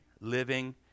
living